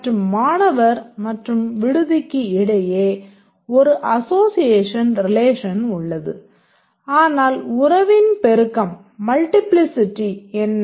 மற்றும் மாணவர் மற்றும் விடுதிக்கு இடையே ஒரு அசோசியேஷன் ரிலேஷன் என்ன